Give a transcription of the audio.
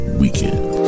weekend